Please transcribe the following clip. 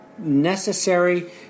necessary